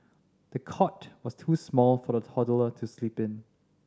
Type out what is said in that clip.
the cot was too small for the toddler to sleep in